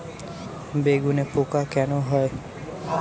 বেগুনে পোকা কেন হয়?